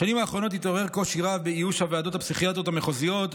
בשנים האחרונות התעורר קושי רב באיוש הוועדות הפסיכיאטריות המחוזיות,